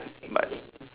but